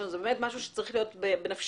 זה באמת נושא שצריך להיות בנפשנו.